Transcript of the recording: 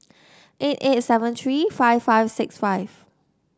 eight eight seven three five five six five